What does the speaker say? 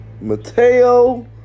Mateo